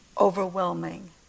overwhelming